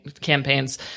campaigns